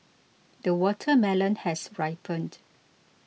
the watermelon has ripened